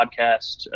podcast